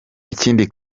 ikindi